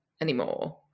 anymore